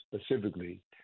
specifically